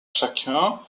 chacun